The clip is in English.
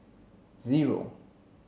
zero